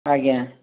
ଆଜ୍ଞା